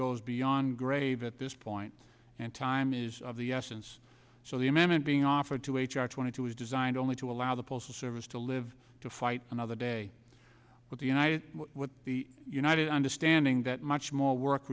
goes beyond grave at this point and time is of the essence so the amendment being offered to h r twenty two was designed only to allow the postal service to live to fight another day with the united the united understanding that much more work